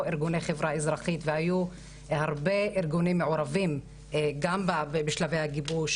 ארגוני חברה אזרחית והיו הרבה ארגונים מעורבים גם בשלבי הגיבוש,